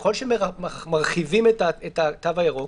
ככל שמרחיבים את התו הירוק,